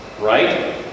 Right